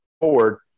forward